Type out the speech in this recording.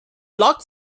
log